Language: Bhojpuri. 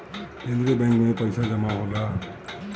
केंद्रीय बैंक में पइसा जमा होला